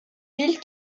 villes